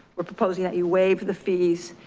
we're proposing that you waive the fees,